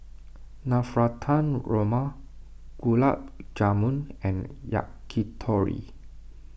Navratan Korma Gulab Jamun and Yakitori